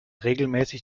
regelmäßig